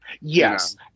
Yes